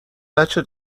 بچه